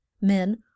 Men